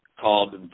called